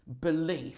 belief